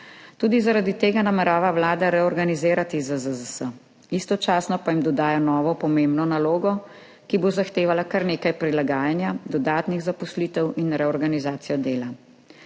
Tudi zaradi tega namerava Vlada reorganizirati ZZZS, istočasno pa jim dodaja novo pomembno nalogo, ki bo zahtevala kar nekaj prilagajanja, dodatnih zaposlitev in reorganizacijo dela.